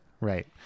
Right